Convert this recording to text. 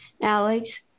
Alex